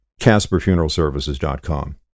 casperfuneralservices.com